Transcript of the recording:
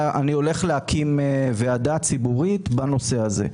אני הולך להקים ועדה ציבורית בנושא הזה,